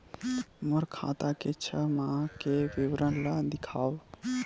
मोर खाता के छः माह के विवरण ल दिखाव?